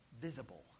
visible